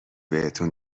بهتون